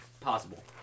possible